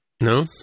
No